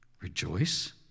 Rejoice